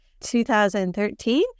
2013